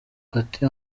ati